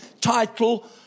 title